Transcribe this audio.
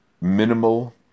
Minimal